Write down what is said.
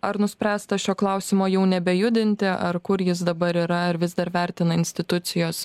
ar nuspręsta šio klausimo jau nebejudinti ar kur jis dabar yra ar vis dar vertina institucijos